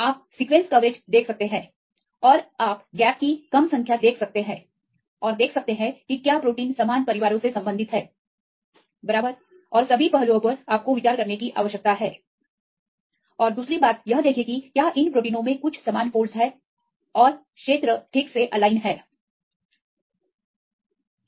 आप सीक्वेंसकवरेज देख सकते हैं और आप अंतराल की कम संख्या देख सकते हैं और देख सकते हैं कि क्या प्रोटीन समान परिवारों से संबंधित है बराबर और सभी पहलुओं पर आपको विचार करने की आवश्यकता है और दूसरा यह देखें कि क्या इन प्रोटीनों में कुछ समान फोल्ड्स है और क्षेत्र ठीक से एलाइन हैं